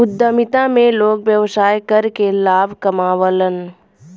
उद्यमिता में लोग व्यवसाय करके लाभ कमावलन